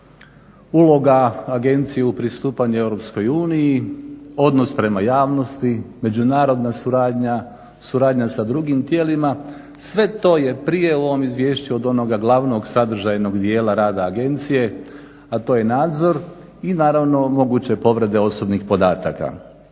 uloga agencije u pristupanju EU, odnos prema javnosti, međunarodna suradnja, suradnja sa drugim tijelima. Sve to je prije u ovom izvješću od onoga glavnog sadržajnog dijela rada agencije, a to je nadzor i naravno moguće povrede osobnih podataka.